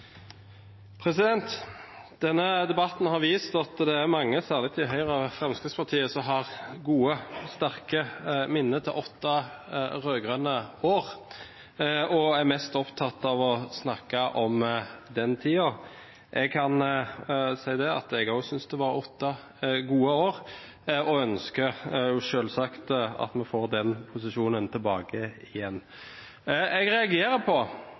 Denne debatten har vist at det er mange, særlig i Høyre og Fremskrittspartiet, som har gode, sterke minner etter åtte rød-grønne år og er mest opptatt av å snakke om den tiden. Jeg kan si at jeg også syns det var åtte gode år og ønsker selvsagt at vi får den posisjonen igjen. Jeg reagerer på